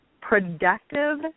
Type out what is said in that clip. productive